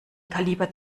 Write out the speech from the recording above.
kaliber